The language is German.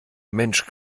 mensch